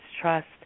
trust